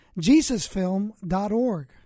Jesusfilm.org